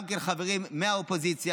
גם יש חברים מהאופוזיציה,